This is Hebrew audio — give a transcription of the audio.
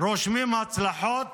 רושמים הצלחות